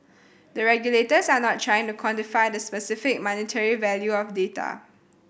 the regulators are not trying to quantify the specific monetary value of data